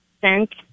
sent